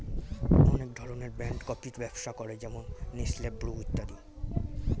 অনেক ধরনের ব্র্যান্ড কফির ব্যবসা করে যেমন নেসলে, ব্রু ইত্যাদি